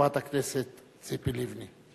חברת הכנסת ציפי לבני.